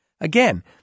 Again